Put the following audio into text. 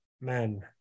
men